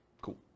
Cool